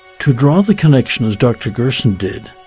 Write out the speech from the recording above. to draw the connection as dr. gerson did,